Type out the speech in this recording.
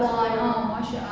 martial arts gitu